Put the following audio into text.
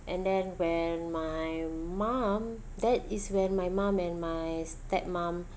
and then when my mom that is when my mom and my step mom